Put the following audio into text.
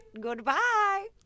goodbye